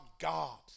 God